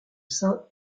saint